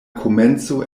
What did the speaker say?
komenco